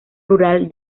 rural